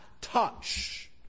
touch